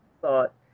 thought